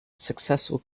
successful